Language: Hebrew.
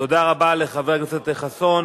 תודה רבה לחבר הכנסת חסון.